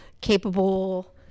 capable